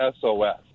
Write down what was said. SOS